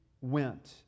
went